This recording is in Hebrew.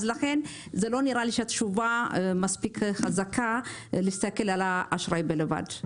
אז לכן זה לא נראה לי שהתשובה מספיק חזקה להסתכל על האשראי בלבד.